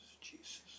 Jesus